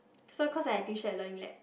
so cause I teach at Learning Lab